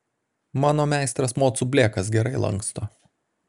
mano meistras mocų blėkas gerai lanksto